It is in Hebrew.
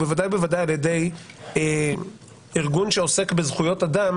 ובוודאי ובוודאי על-ידי ארגון שעוסק בזכויות אדם